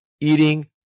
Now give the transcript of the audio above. eating